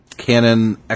Canon